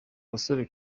basore